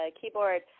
keyboard